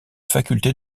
faculté